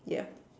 yeah